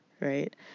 right